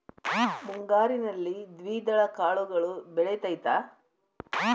ಮುಂಗಾರಿನಲ್ಲಿ ದ್ವಿದಳ ಕಾಳುಗಳು ಬೆಳೆತೈತಾ?